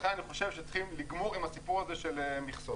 לכן צריך לגמור עם הסיפור של מכסות.